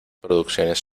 producciones